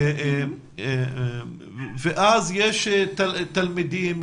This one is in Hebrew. ואז יש תלמידים,